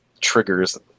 triggers